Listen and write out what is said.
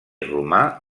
romà